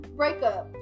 breakup